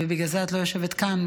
ובגלל זה את לא יושבת כאן,